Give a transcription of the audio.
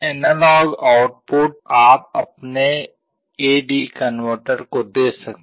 analogue output आप अपने A D converter को दे सकते हैं